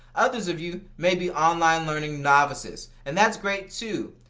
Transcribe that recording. others of you may be online learning navisist and that is great too.